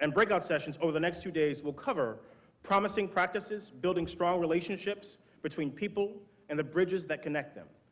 and breakout sessions over the next two days will cover promiseing programs practices, building strong relationships between people and the bridges that connect them.